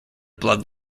blood